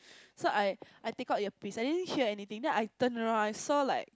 so I I take out earpiece I didn't hear anything then I turn around I saw like